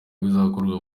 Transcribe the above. bizakorwa